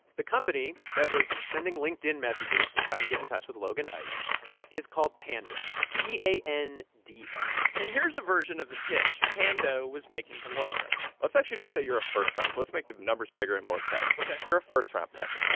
the company that was sending linkedin messages to try and get in touch with logan ice is called pando p a n d o and here's a version of the pitch pando was making to logan let's actually just say you're a first-round. let's make the numbers bigger and more exciting ok you're a first-round pick.